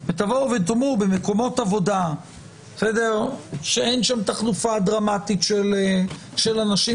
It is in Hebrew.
ותבואו ותאמרו במקומות עבודה שאין שם תחלופה דרמטית של אנשים,